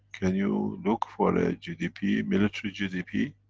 can you look for a gdp, military gdp.